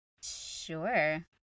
sure